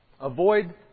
Avoid